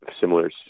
similar